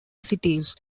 cities